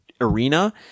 arena